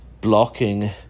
blocking